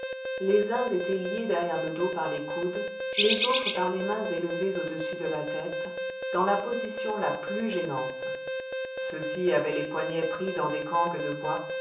les uns étaient liés derrière le dos par les coudes les autres par les mains élevées au-dessus de la tête dans la position la plus gênante ceux-ci avaient les poignets pris dans des cangues de bois